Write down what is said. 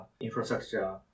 infrastructure